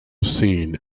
seen